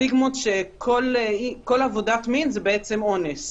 סטיגמות שכל עבודת מין זה אונס.